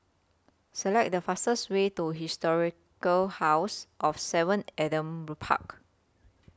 Select The fastest Way to Historic House of seven Adam Park